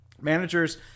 Managers